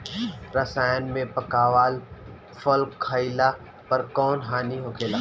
रसायन से पकावल फल खइला पर कौन हानि होखेला?